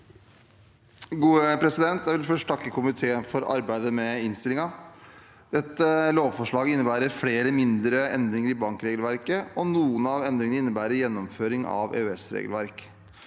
Jeg vil først takke komiteen for arbeidet med innstillingen. Dette lovforslaget innebærer flere mindre endringer i bankregelverket, og noen av endringene innebærer gjennomføring av EØS-regelverk.